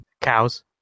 Cows